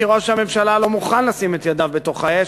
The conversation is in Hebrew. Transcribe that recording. כי ראש הממשלה לא מוכן לשים את ידיו בתוך האש,